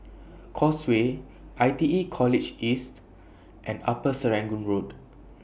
Causeway I T E College East and Upper Serangoon Road